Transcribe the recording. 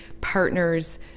partners